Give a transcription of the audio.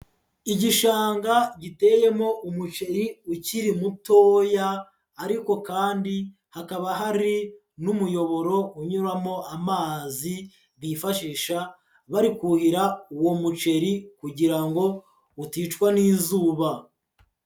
Igishanga giteyemo umuceri ukiri mutoya ariko kandi hakaba hari n'umuyoboro unyuramo amazi bifashisha bari kuhira uwo muceri kugira ngo uticwa n'izuba.